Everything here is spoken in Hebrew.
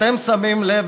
אתם שמים לב?